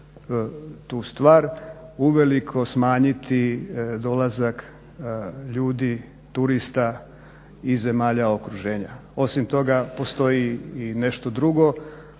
tu stvar uveliko smanjiti dolazak ljudi, turista iz zemalja okruženja. Osim toga, postoji i nešto drugo,